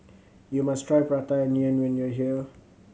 you must try Prata Onion when you are here